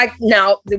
now